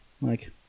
Mike